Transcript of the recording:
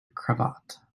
cravat